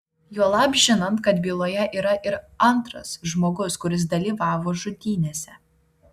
juolab žinant kad byloje yra ir antras žmogus kuris dalyvavo žudynėse